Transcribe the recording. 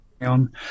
on